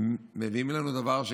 שנמצא פה באולם ואני שמח על